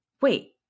Wait